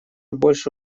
больше